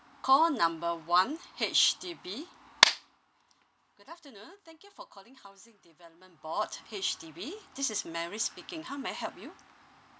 call number one H_D_B good afternoon thank you for calling housing development board H_D_B this is mary speaking how may I help you